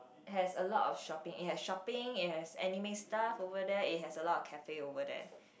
has a lot of shopping it has shopping it has anime stuff over there it has a lot of cafe over there